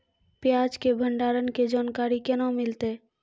प्याज के भंडारण के जानकारी केना मिलतै?